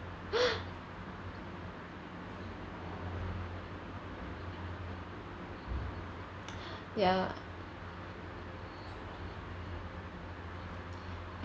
ya